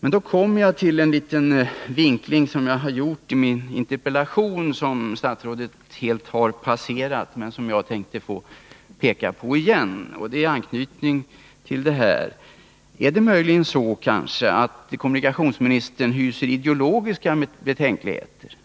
I anslutning härtill vill jag peka på en liten vinkling som jag har gjort i min interpellation men som statsrådet helt har passerat i sitt svar. Är det möjligen så att kommunikationsministern hyser ideologiska betänkligheter?